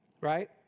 Right